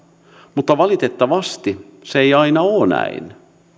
mutta valitettavasti se ei aina ole näin